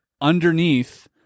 underneath